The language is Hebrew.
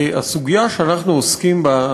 הסוגיה שאנחנו עוסקים בה,